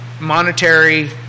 Monetary